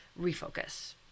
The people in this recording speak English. refocus